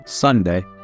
Sunday